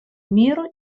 миру